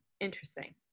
interesting